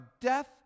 death